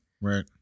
Right